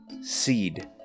seed